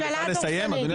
ממשלה דורסנית.